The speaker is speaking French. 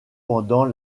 pendant